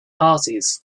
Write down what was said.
parties